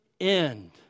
end